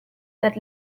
that